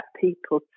people